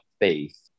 faith